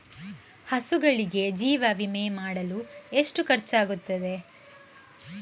ಹಸುಗಳಿಗೆ ಜೀವ ವಿಮೆ ಮಾಡಲು ಎಷ್ಟು ಖರ್ಚಾಗುತ್ತದೆ?